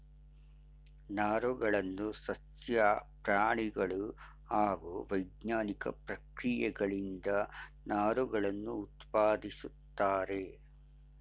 ನಾರುಗಳನ್ನು ಸಸ್ಯ ಪ್ರಾಣಿಗಳು ಹಾಗೂ ವೈಜ್ಞಾನಿಕ ಪ್ರಕ್ರಿಯೆಗಳಿಂದ ನಾರುಗಳನ್ನು ಉತ್ಪಾದಿಸುತ್ತಾರೆ